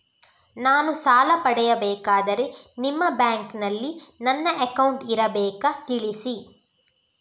ನಾನು ಸಾಲ ಪಡೆಯಬೇಕಾದರೆ ನಿಮ್ಮ ಬ್ಯಾಂಕಿನಲ್ಲಿ ನನ್ನ ಅಕೌಂಟ್ ಇರಬೇಕಾ ತಿಳಿಸಿ?